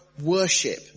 worship